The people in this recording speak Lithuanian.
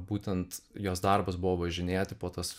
būtent jos darbas buvo važinėti po tas